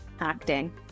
acting